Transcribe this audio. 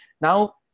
now